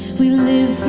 we live and